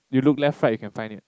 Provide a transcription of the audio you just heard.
you look left right you can find it